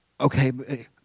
Okay